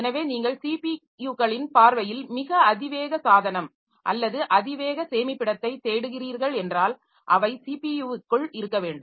எனவே நீங்கள் ஸிபியுகளின் பார்வையில் மிக அதிவேக சாதனம் அல்லது அதிவேக சேமிப்பிடத்தைத் தேடுகிறீர்களென்றால் அவை ஸிபியுக்குள் இருக்க வேண்டும்